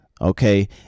okay